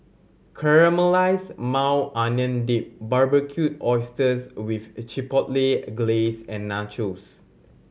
Caramelized Maui Onion Dip Barbecued Oysters with Chipotle Glaze and Nachos